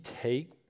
take